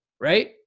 Right